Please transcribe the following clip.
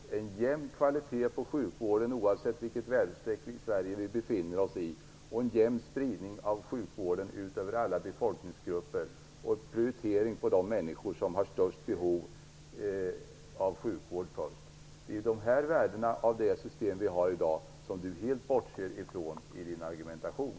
Vi har en jämn kvalitet på sjukvården oavsett var i Sverige vi befinner oss och en jämn spridning av sjukvården över alla befolkningsgrupper. Vi har en prioritering så att de människor som har störst behov av sjukvård får den först. Det är dessa värden hos det system vi har i dag som Leif Carlson helt bortser ifrån i sin argumentation.